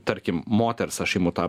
tarkim moters aš imu tą